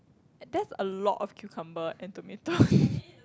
that's a lot of cucumber and tomato